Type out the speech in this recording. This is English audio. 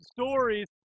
stories